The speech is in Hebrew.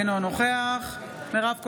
אינו נוכח מירב כהן,